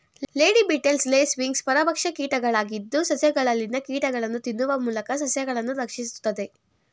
lady beetles, lacewings ಪರಭಕ್ಷ ಕೀಟಗಳಾಗಿದ್ದು, ಸಸ್ಯಗಳಲ್ಲಿನ ಕೀಟಗಳನ್ನು ತಿನ್ನುವ ಮೂಲಕ ಸಸ್ಯಗಳನ್ನು ರಕ್ಷಿಸುತ್ತದೆ